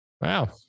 Wow